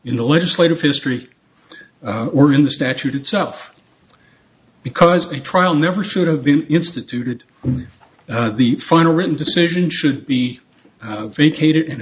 in the legislative history or in the statute itself because a trial never should have been instituted and the final written decision should be vacated